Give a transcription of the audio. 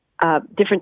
different